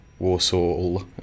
Warsaw